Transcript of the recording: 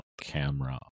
camera